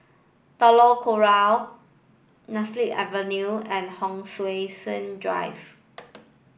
Telok Kurau Nemesu Avenue and Hon Sui Sen Drive